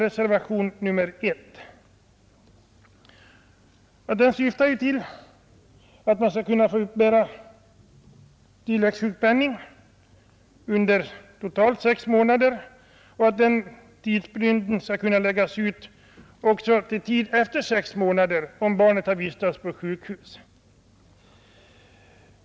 Reservationen 1 syftar till att kvinnan skall få uppbära tilläggssjukpenning under totalt sex månader och att tiden därför skall kunna uppskjutas om barnet måste vistas på sjukhus.